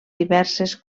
diverses